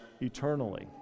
eternally